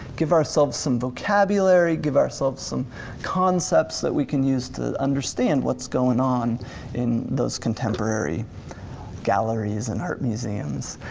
give ourselves some vocabulary, give ourselves some concepts that we can use to understand what's going on in those contemporary galleries and art museums.